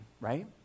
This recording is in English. right